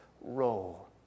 roll